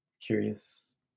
curious